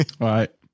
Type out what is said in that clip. Right